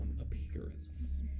appearance